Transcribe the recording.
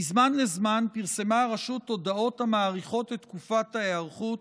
מזמן לזמן פרסמה הרשות הודעות המאריכות את תקופת ההיערכות,